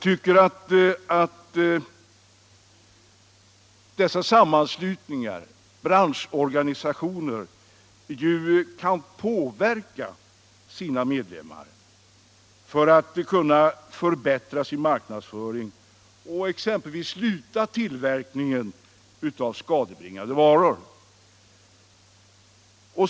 Men dessa sammanslutningar kan ju redan påverka sina medlemmar att förbättra marknadsföringen och att t.ex. upphöra med tillverkningen av skadebringande varor.